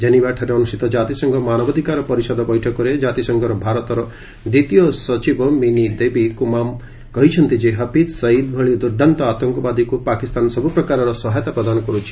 ଜେନିଭାଠାରେ ଅନୁଷ୍ଠିତ ଜାତିସଂଘ ମାନବାଧିକାର ପରିଷଦ ବୈଠକରେ ଜାତିସଂଘର ଭାରତର ଦ୍ୱିତୀୟ ସଚିବ ମିନି ଦେବି କୁମାମ୍ କହିଛନ୍ତି ଯେ ହପିଜ୍ ସଇଦ ଭଳି ଦୁର୍ଦ୍ଦାନ୍ତ ଆତଙ୍କବାଦୀକୁ ପାକିସ୍ତାନ ସବୁ ପ୍ରକାରର ସହାୟତା ପ୍ରଦାନ କରୁଛି